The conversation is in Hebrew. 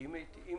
כי אם